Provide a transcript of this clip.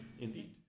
indeed